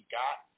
got